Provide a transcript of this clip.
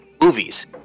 movies